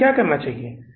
तो हमें क्या करना चाहिए